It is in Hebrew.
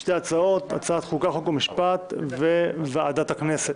שתי הצעות: ועדת החוקה, חוק ומשפט וועדת הכנסת.